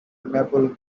maple